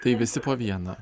tai visi po vieną